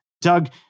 Doug